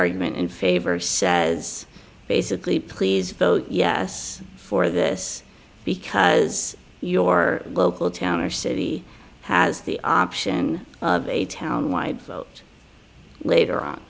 argument in favor says basically please vote yes for this because your local town or city has the option of a town wide vote later on